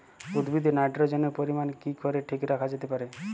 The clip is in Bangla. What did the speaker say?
উদ্ভিদে নাইট্রোজেনের পরিমাণ কি করে ঠিক রাখা যেতে পারে?